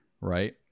right